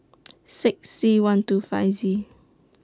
six C one two five Z